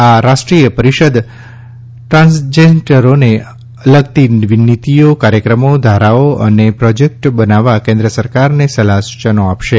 આ રાષ્ટ્રીય પરિષદ ટ્રાન્સજેન્ડરોને લગતી નીતિઓ કાર્યક્રમો ધારાઓ અને પ્રોજેક્ટો બનાવવા કેન્દ્ર સરકારને સલાહ સૂચનો આપશે